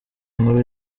nkuru